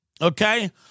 Okay